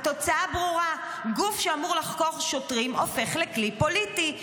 התוצאה ברורה: גוף שאמור לחקור שוטרים הופך לכלי פוליטי.